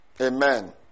Amen